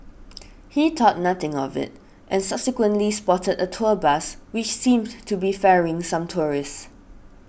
he thought nothing of it and subsequently spotted a tour bus which seemed to be ferrying some tourists